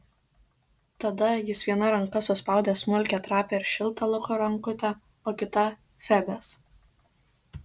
tada jis viena ranka suspaudė smulkią trapią ir šiltą luko rankutę o kita febės